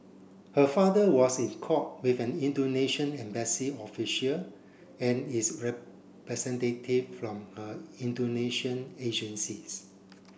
her father was in court with an Indonesian embassy official and is representative from her Indonesian agencies